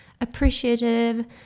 appreciative